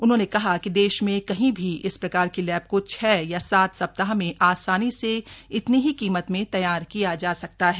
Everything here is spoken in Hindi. उन्होंने कहा कि देश में कहीं भी इस प्रकार की लैब को छह या सात सप्ताह में आसानी से इतनी ही कीमत में तैयार किया जा सकता है